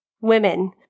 women